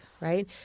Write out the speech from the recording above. right